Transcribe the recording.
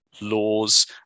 laws